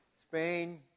Spain